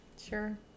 sure